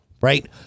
Right